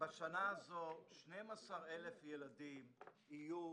בשנה הזו 12,000 ילדים יהיו